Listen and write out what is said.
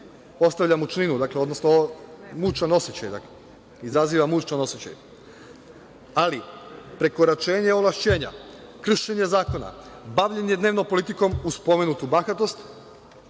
ostavlja mučninu, odnosno izaziva mučan osećaj. Ali, prekoračenje ovlašćenja, kršenje zakona, bavljenje dnevnom politikom, uz pomenutu bahatost,